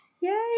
Yay